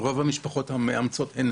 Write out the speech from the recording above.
ורוב המשפחות המאמצות הן